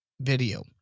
video